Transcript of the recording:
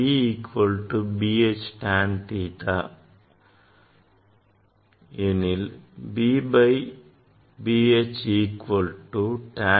B equal to B H tan theta ஏனெனில் B by B H equal to tan theta